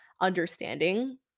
understanding